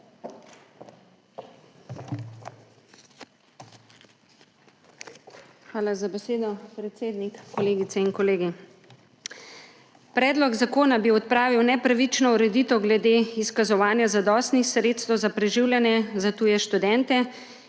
Hvala za besedo, predsednik. Kolegice in kolegi! Predlog zakona bi odpravil nepravično ureditev glede izkazovanja zadostnih sredstev za preživljanje za tuje študente,